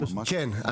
כן.